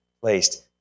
placed